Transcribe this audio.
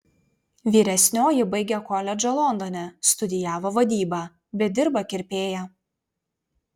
vyresnioji baigė koledžą londone studijavo vadybą bet dirba kirpėja